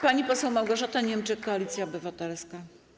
Pani poseł Małgorzata Niemczyk, Koalicja Obywatelska.